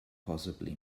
possibly